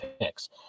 picks